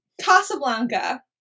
Casablanca